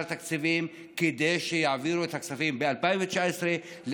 התקציבים כדי שיעבירו את הכספים ב-2019,